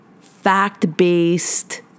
fact-based